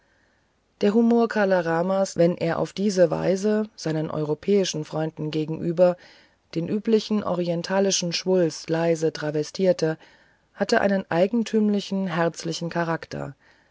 der humor kala ramas wenn er auf diese weise seinen europäischen freunden gegenüber den üblichen orientalischen schwulst leise travestierte hatte einen eigentümlichen herzlichen charakter